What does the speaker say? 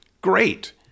Great